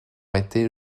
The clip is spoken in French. été